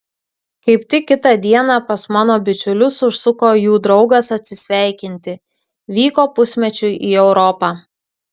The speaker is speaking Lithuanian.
kaip tik kitą dieną pas mano bičiulius užsuko jų draugas atsisveikinti vyko pusmečiui į europą